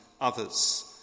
others